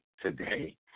today